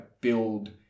build